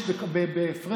רק שנייה.